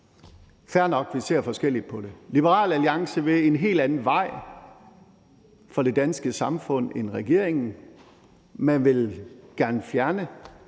fair nok, at vi ser forskelligt på det. Liberal Alliance vil en helt anden vej for det danske samfund end regeringen. Man vil gerne fjerne